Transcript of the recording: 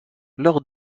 leurs